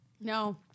No